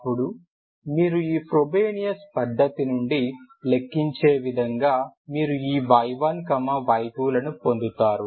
అప్పుడు మీరు ఈ ఫ్రోబెనియస్ పద్ధతి నుండి లెక్కించే విధంగా మీరు ఈ y1 y2లను పొందుతారు